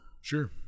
Sure